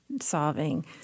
solving